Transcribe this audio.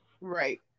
Right